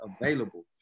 available